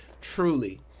Truly